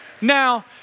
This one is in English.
Now